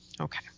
Okay